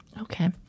Okay